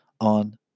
on